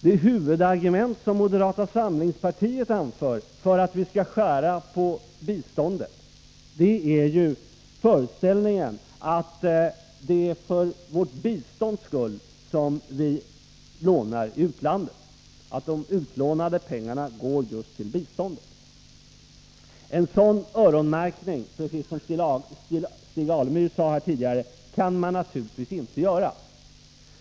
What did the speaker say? Det huvudargument som moderata samlingspartiet anför för att vi skall skära på biståndet är föreställningen, att det är för vårt bistånds skull som vi lånar i utlandet, att de lånade pengarna går just till bistånd. En sådan öronmärkning kan man, precis som Stig Alemyr sade tidigare, naturligtvis inte göra!